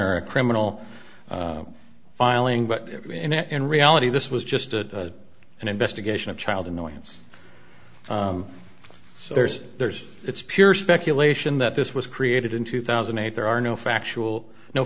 a criminal filing but in reality this was just a an investigation of child annoyance so there's there's it's pure speculation that this was created in two thousand and eight there are no factual no